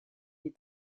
les